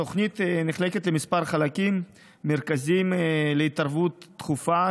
התוכנית נחלקת לכמה חלקים: מרכזים להתערבות דחופה,